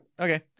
Okay